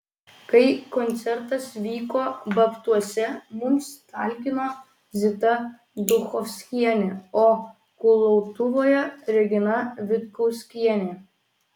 kai koncertas vyko babtuose mums talkino zita duchovskienė o kulautuvoje regina vitkauskienė